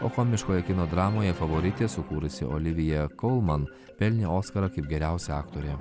o komiškoje kino dramoje favoritė sukūrusi oliviją kolman pelnė oskarą kaip geriausia aktore